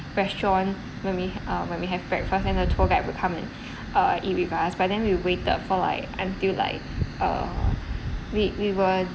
restaurant when we uh when we have breakfast then the tour guide will come and uh eat with us but then we waited for like until like uh we we were